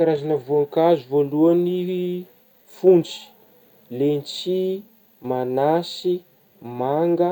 Karazagna voankazo voalohany fonjy lentisy manasy manga